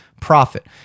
profit